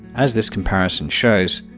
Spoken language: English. as this comparison shows.